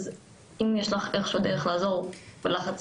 אז אם יש לך איזושהי דרך לעזור בלחץ